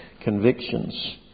convictions